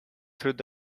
through